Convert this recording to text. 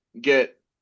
Get